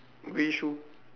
grey shoe